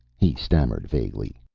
he stammered vaguely.